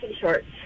shorts